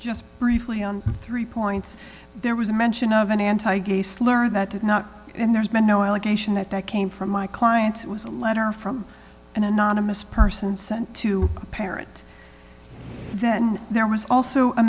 just briefly three points there was a mention of an anti gay slur that did not and there's been no allegation that that came from my client was a letter from an anonymous person sent to a parent then there was also a